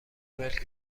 ملک